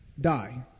die